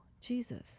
Jesus